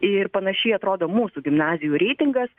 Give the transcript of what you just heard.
ir panašiai atrodo mūsų gimnazijų reitingas